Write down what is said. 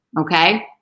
okay